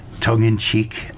tongue-in-cheek